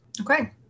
Okay